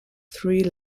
three